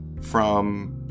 from-